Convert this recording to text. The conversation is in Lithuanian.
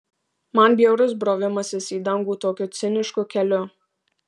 man bjaurus brovimasis į dangų tokiu cinišku keliu